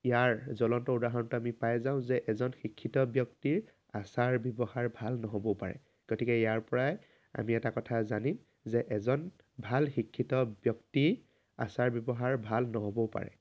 ইয়াৰ জলন্ত উদাহৰণটো আমি পাই যাওঁ যে এজন শিক্ষিত ব্যক্তিৰ আচাৰ ব্যৱহাৰ ভাল নহ'বও পাৰে গতিকে ইয়াৰ পৰাই আমি এটা কথা জানিম যে এজন ভাল শিক্ষিত ব্যক্তিৰ আচাৰ ব্যৱহাৰ ভাল নহ'বও পাৰে